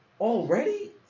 Already